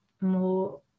more